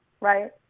right